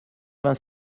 vingt